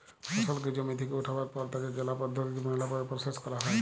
ফসলকে জমি থেক্যে উঠাবার পর তাকে ম্যালা পদ্ধতিতে প্রসেস ক্যরা হ্যয়